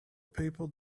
people